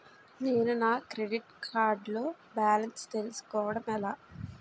నేను నా credit card లో బాలన్స్ తెలుసుకోవడం ఎలా?